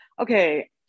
okay